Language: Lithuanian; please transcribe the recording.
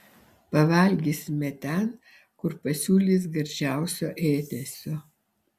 pavalgysime ten kur pasiūlys gardžiausio ėdesio